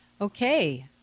Okay